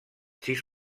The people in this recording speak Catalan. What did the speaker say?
sis